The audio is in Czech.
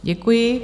Děkuji.